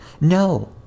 No